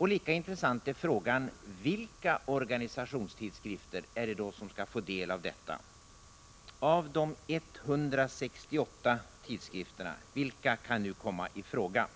Lika intressant är frågan: Vilka organisationstidskrifter är det som skall få del av detta? Vilka av de 168 tidskrifterna kan alltså nu komma i fråga?